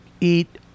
eat